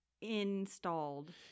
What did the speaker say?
installed